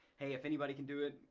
hey if anybody can do it,